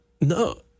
No